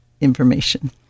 information